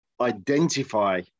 identify